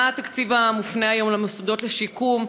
מה התקציב המופנה היום למוסדות לשיקום?